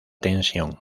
tensión